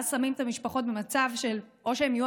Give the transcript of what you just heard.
ואז שמים את המשפחות במצב שאו שהם יהיו